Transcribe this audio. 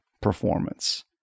performance